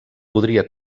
podria